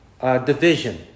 division